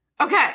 okay